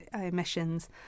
emissions